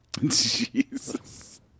Jesus